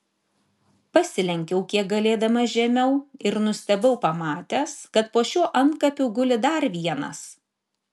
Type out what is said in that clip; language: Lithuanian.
pasilenkiau kiek galėdamas žemiau ir nustebau pamatęs kad po šiuo antkapiu guli dar vienas